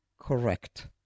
correct